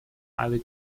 highly